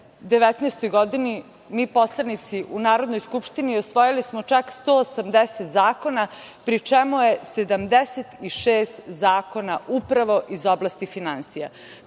2019. godini mi, poslanici u Narodnoj skupštini, usvojili smo čak 180 zakona, pri čemu je 76 zakona upravo iz oblasti finansija.